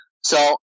So-